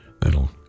that'll